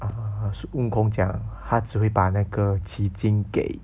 uh 孙悟空讲他只会把那个奇景给